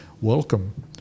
welcome